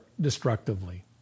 destructively